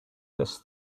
this